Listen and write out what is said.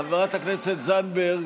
חברת הכנסת זנדברג.